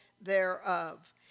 thereof